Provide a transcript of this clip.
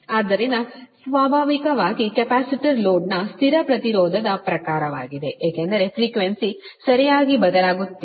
ಆದ್ದರಿಂದ ಸ್ವಾಭಾವಿಕವಾಗಿ ಕೆಪಾಸಿಟರ್ ಲೋಡ್ನ ಸ್ಥಿರ ಪ್ರತಿರೋಧದ ಪ್ರಕಾರವಾಗಿದೆ ಏಕೆಂದರೆ ಪ್ರೀಕ್ವೆನ್ಸಿ ಸರಿಯಾಗಿ ಬದಲಾಗುತ್ತಿಲ್ಲ